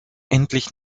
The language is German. endlich